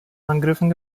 angriffen